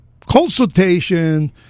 consultation